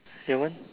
your one